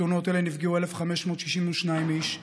בתאונות אלה נפגעו 1,562 איש,